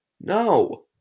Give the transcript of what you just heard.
No